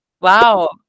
Wow